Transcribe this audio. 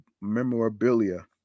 memorabilia